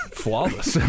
flawless